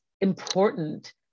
important